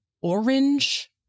orange